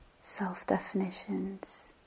self-definitions